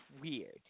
weird